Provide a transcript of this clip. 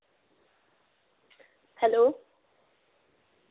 hello